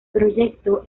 proyecto